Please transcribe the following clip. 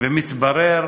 ומתברר